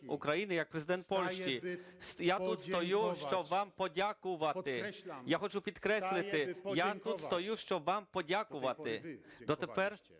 я тут стою, щоб вам подякувати, я хочу підкреслити, я тут стою, щоб вам подякувати. Дотепер